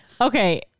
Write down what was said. Okay